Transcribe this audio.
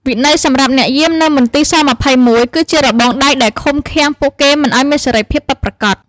វិន័យសម្រាប់អ្នកយាមនៅមន្ទីរស-២១ គឺជារបងដែកដែលឃុំឃាំងពួកគេមិនឱ្យមានសេរីភាពពិតប្រាកដ។